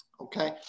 Okay